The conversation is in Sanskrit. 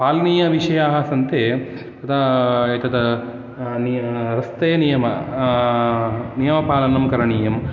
पालनीयाविषयाः सन्ति तद् एतत् रस्ते नियमाः नियमपालनं करणीयम्